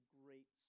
great